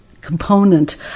component